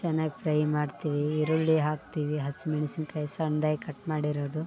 ಚೆನ್ನಾಗ್ ಫ್ರೈ ಮಾಡ್ತೀವಿ ಈರುಳ್ಳಿ ಹಾಕ್ತಿವಿ ಹಸಿಮೆಣಸಿನ್ಕಾಯಿ ಸಣ್ಣದಾಗಿ ಕಟ್ ಮಾಡಿರೊದು